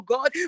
God